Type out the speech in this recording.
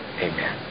amen